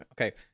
Okay